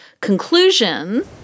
conclusion